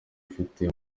bafite